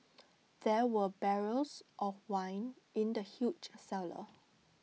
there were barrels of wine in the huge cellar